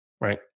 right